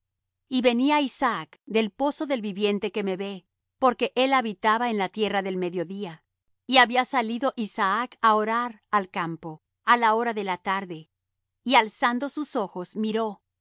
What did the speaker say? y venía isaac del pozo del viviente que me ve porque él habitaba en la tierra del mediodía y había salido isaac á orar al campo á la hora de la tarde y alzando sus ojos miró y